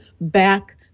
back